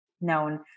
known